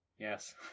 yes